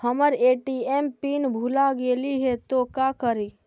हमर ATM PIN भूला गेली हे, तो का करि?